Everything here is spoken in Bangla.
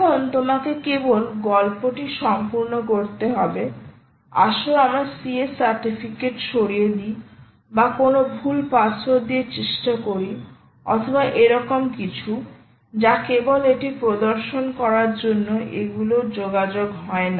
এখন তোমাকে কেবল গল্পটি সম্পূর্ণ করতে হবে আসো আমরা ca সার্টিফিকেট সরিয়ে দি বা কোন ভুল পাসওয়ার্ড দিয়ে চেষ্টা করি অথবা এরকম কিছু যা কেবল এটি প্রদর্শন করার জন্য এগুলো যোগাযোগ হয় না